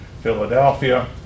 Philadelphia